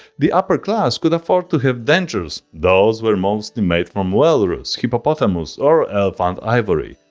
the upper class could afford to have dentures those were mostly made from walrus, hippopotamus or elephant ivory.